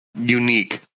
unique